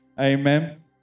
Amen